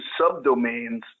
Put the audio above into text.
subdomains